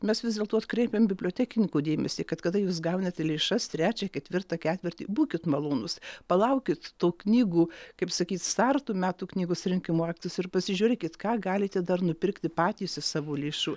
mes vis dėlto atkreipiam bibliotekininkų dėmesį kad kada jūs gaunate lėšas trečią ketvirtą ketvirtį būkit malonūs palaukit tų knygų kaip sakyt startų metų knygos rinkimų aktus ir pasižiūrėkit ką galite dar nupirkti patys iš savo lėšų